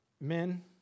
Men